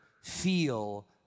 feel